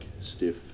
stiff